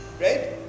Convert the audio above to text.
right